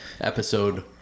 Episode